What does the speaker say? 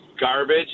garbage